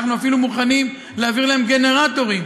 אנחנו אפילו מוכנים לעביר להם גנרטורים.